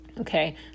okay